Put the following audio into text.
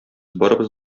барыбыз